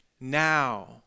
Now